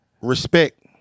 Respect